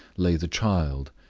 lay the child,